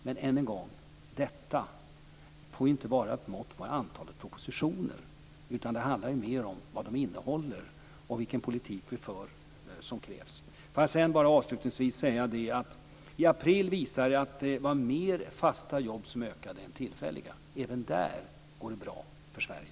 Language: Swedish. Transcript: Men antalet propositioner får inte vara ett mått på detta. Det handlar mer om vad de innehåller och vilken politik som i övrigt krävs. I april kunde jag visa att de fasta jobben ökade mer än de tillfälliga. Även där går det bra för Sverige.